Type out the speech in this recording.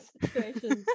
situations